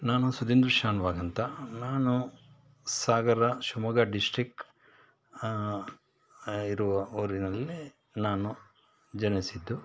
ನಾನು ಸುಧೀಂದ್ರ ಶಾನುಭಾಗ್ ಅಂತ ನಾನು ಸಾಗರ ಶಿವಮೊಗ್ಗ ಡಿಸ್ಟ್ರಿಕ್ ಇರುವ ಊರಿನಲ್ಲಿ ನಾನು ಜನಿಸಿದ್ದು